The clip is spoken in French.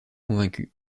convaincu